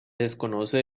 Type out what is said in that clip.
desconoce